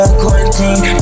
quarantine